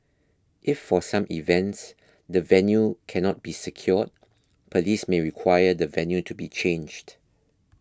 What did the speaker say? if for some events the venue cannot be secured police may require the venue to be changed